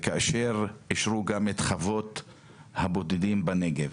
וכאשר אישרו גם את חוות הבודדים בנגב